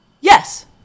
yes